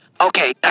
Okay